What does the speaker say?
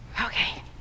Okay